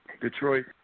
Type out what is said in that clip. Detroit